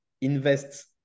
invest